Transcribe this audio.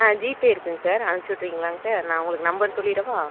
ஆ GPay இருக்குதுங்க sir அனுப்பிச்சுவுட்ருங்களாங்க sir நான் உங்களுக்கு நம்பர் சொல்லிடவா